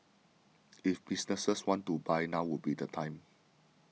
if businesses want to buy now would be the time